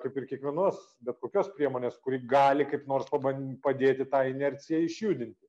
kaip ir kiekvienos bet kokios priemonės kuri gali kaip nors paban padėti tą inerciją išjudinti